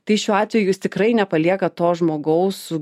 tai šiuo atveju jūs tikrai nepaliekat to žmogaus su